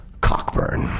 Cockburn